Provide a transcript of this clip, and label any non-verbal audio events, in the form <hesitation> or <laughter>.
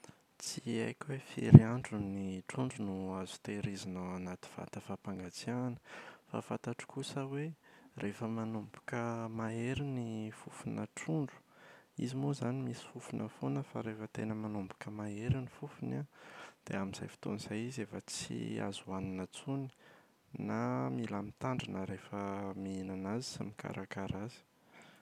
Tsy haiko hoe firy <noise> andro ny trondro no azo tehirizina ao anaty vata fampangatsiahana fa fantatro kosa hoe rehefa manomboka mahery ny fofonà trondro, izy moa izany misy fofona foana fa rehefa tena manomboka mahery ny fofony an. Dia amin’izay fotoana izay izy efa tsy azo hoanina intsony, na <hesitation> mitandrina rehefa mihinana azy sy mikarakara azy.